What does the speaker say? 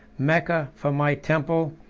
mecca for my temple,